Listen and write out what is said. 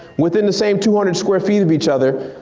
with in the same two hundred square feet of each other,